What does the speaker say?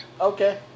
Okay